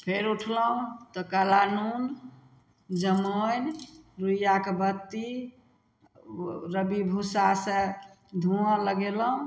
फेर उठलहुँ तऽ काला नून जमाइन रुइयाक बत्ती रब्बी भूसासँ धुआँ लगेलहुँ